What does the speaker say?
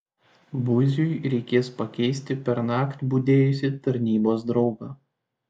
buziui reikės pakeisti pernakt budėjusį tarnybos draugą